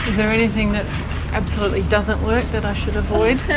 there anything that absolutely doesn't work that i should avoid? no,